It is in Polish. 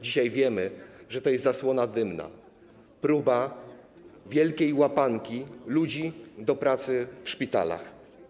Dzisiaj wiemy, że to jest zasłona dymna, próba wielkiej łapanki ludzi do pracy w szpitalach.